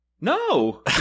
no